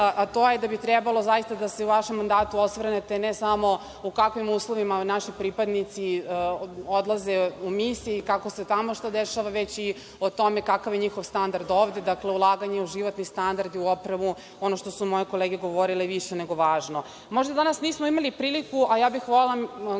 a to je da bi trebalo da se u vašem mandatu osvrnete ne samo u kakvim uslovima naši pripadnici odlaze u misije i kako se tamo šta dešava, već i o tome kakav je njihov standard ovde. Dakle, ulaganje u životni standard i u opremu, ono što su moje kolege govorile je više nego važno. Možda danas nismo imali priliku, a ja bih volela,